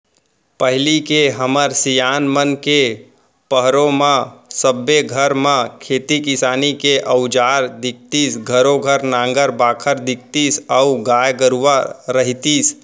पहिली के हमर सियान मन के पहरो म सबे घर म खेती किसानी के अउजार दिखतीस घरों घर नांगर बाखर दिखतीस अउ गाय गरूवा रहितिस